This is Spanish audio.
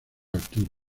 altura